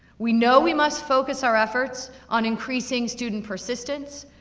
we know we must focus our efforts on increasing student persistence,